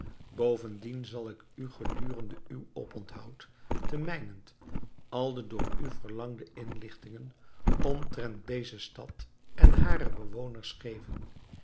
bovendien zal ik u gedurende uw oponthoud ten mijnent al de door u verlangde inlichtingen omtrent deze stad en hare bewoners geven